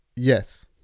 yes